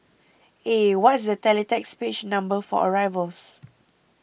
eh what's the teletext page number for arrivals